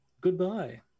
goodbye